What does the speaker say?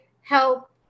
help